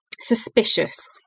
suspicious